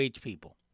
people